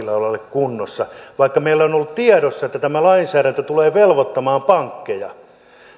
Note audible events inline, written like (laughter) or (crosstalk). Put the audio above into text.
(unintelligible) lailla ole kunnossa vaikka meillä on on ollut tiedossa että tämä lainsäädäntö tulee velvoittamaan pankkeja